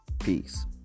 peace